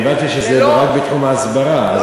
אני הבנתי שזה רק בתחום ההסברה.